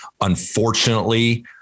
unfortunately